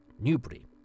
Newbury